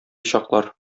чаклар